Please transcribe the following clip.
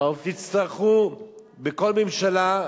תצטרכו בכל ממשלה,